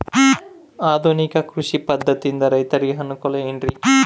ಆಧುನಿಕ ಕೃಷಿ ಪದ್ಧತಿಯಿಂದ ರೈತರಿಗೆ ಅನುಕೂಲ ಏನ್ರಿ?